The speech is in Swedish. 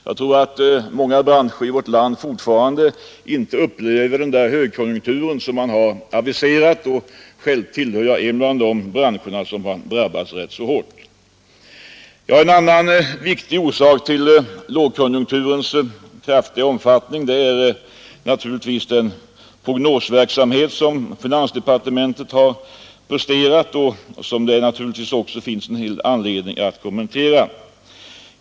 Jag tror att många branscher i vårt land fortfarande inte upplever den där högkonjunkturen som man har aviserat, och själv tillhör jag en bransch som har drabbats rätt hårt. En annan viktig orsak till lågkonjunkturens stora omfattning är naturligtvis den prognosverksamhet som finansdepartementet har bedrivit och som det också finns anledning att kommentera.